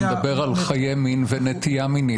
שמדבר על חיי מין ונטייה מינית,